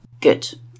Good